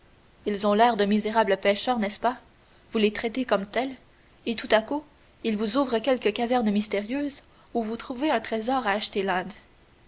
ils ont l'air de misérables pêcheurs n'est-ce pas vous les traitez comme tels et tout à coup ils vous ouvrent quelque caverne mystérieuse où vous trouvez un trésor à